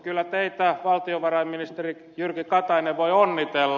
kyllä teitä valtiovarainministeri jyrki katainen voi onnitella